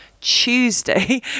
Tuesday